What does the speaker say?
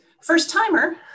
first-timer